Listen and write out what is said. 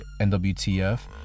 NWTF